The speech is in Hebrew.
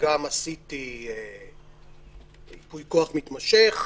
עשיתי ייפוי כוח מתמשך,